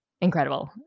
incredible